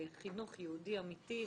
בחינוך יהודי אמיתי,